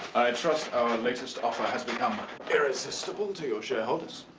trust our latest offer has become ah irresistible to your shareholders.